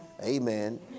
Amen